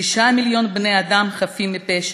שישה מיליון בני-אדם חפים מפשע,